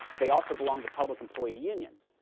they also belong to public employee unions.